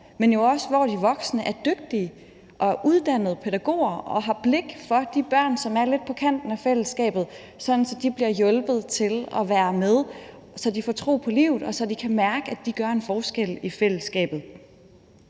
men jo også hvor de voksne er dygtige, er uddannet pædagoger og har blik for de børn, som er lidt på kanten af fællesskabet, sådan at de bliver hjulpet til at være med, så de får tro på livet, og så de kan mærke, at de gør en forskel i fællesskabet.